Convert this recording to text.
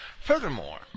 Furthermore